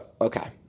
Okay